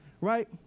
right